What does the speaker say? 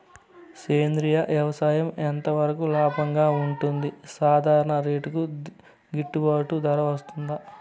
సేంద్రియ వ్యవసాయం ఎంత వరకు లాభంగా ఉంటుంది, సాధారణ రైతుకు గిట్టుబాటు ధర వస్తుందా?